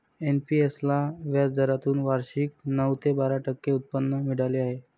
NPS ला व्याजदरातून वार्षिक नऊ ते बारा टक्के उत्पन्न मिळाले आहे